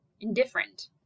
indifferent